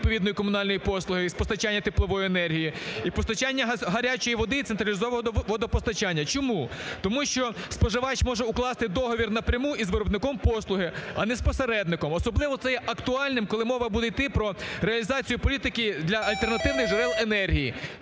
відповідної комунальної послуги з постачання теплової енергії і постачання гарячої води і централізованого водопостачання. Чому? Тому що споживач може укласти договір напряму із виробником послуги, а не з посередником, особливо це є актуальним, коли мова буде йти про реалізацію політики для альтернативних джерел енергії.